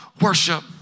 worship